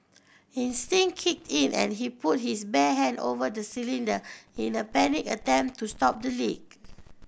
instinct kicked in and he put his bare hand over the cylinder in a panicked attempt to stop the leak